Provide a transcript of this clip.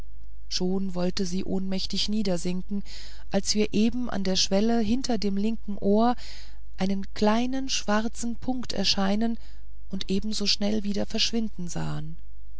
schon wollte sie ohnmächtig hinsinken als wir eben an der stelle hinter dem linken ohr einen kleinen schwarzen punkt erscheinen und ebenso schnell wieder verschwinden sahen